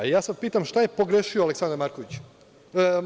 Ja sad pitam, šta je pogrešio Aleksandar Martinović?